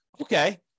Okay